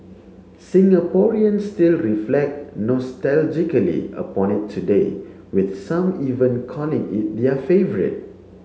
Singaporeans still reflect nostalgically upon it today with some even calling it their favourite